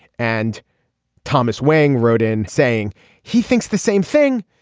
and thomas wang wrote in saying he thinks the same thing.